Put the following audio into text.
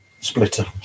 splitter